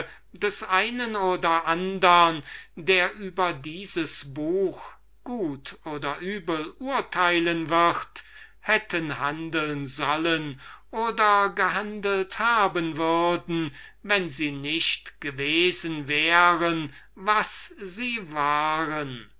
des einen oder andern der über dieses buch gut oder übel urteilen wird hätten handeln sollen oder gehandelt haben würden wenn sie nicht gewesen wären was sie waren